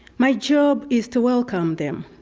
my job is to welcome them,